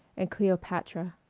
and cleopatra.